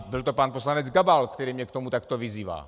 Byl to pan poslanec Gabal, který mě k tomu takto vyzývá.